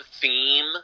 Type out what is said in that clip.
theme